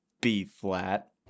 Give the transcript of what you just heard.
B-flat